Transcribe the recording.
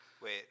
Wait